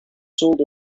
sold